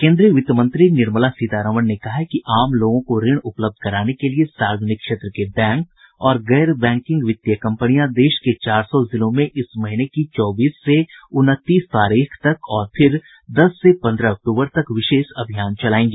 केंद्रीय वित्त मंत्री निर्मला सीतारामन ने कहा है कि आम लोगों को ऋण उपलब्ध कराने के लिए सार्वजनिक क्षेत्रके बैंक और गैर बैंकिंग वित्तीय कंपनियां देश के चार सौ जिलों में इस महीनेकी चौबीस से उनतीस तारीख तक और फिर दस से पंद्रह अक्टूबर तक विशेष अभियान चलायेंगी